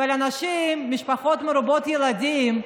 ועל משפחות מרובות ילדים,